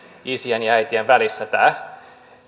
isien ja äitien välillä tämä